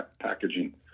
packaging